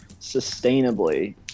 sustainably